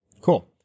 Cool